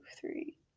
three